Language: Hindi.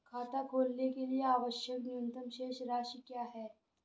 खाता खोलने के लिए आवश्यक न्यूनतम शेष राशि क्या है?